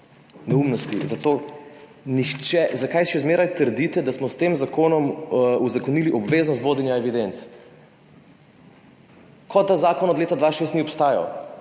neumnosti. Zakaj še zmeraj trdite, da smo s tem zakonom uzakonili obveznost vodenja evidenc? Kot da zakon od leta 2006 ni obstajal.